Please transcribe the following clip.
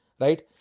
Right